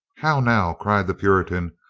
how now? cried the puritan.